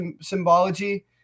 symbology